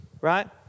right